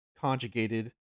conjugated